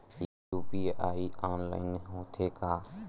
UPI online होथे का?